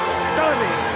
stunning